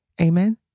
amen